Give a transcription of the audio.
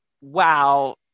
wow